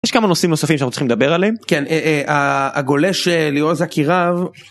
יש כמה נושאים נוספים שאנחנו צריכים לדבר עליהם, כן, הגולש ליאור זכיריו.